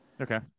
Okay